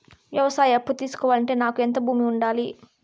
వ్యవసాయ అప్పు తీసుకోవాలంటే నాకు ఎంత భూమి ఉండాలి?